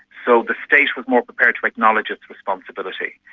so the state was more prepared to acknowledge its responsibility.